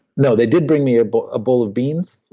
you know they did bring me but a bowl of beans,